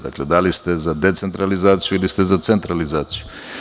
Dakle, da li ste za decentralizaciju ili ste za centralizaciju?